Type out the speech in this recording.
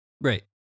right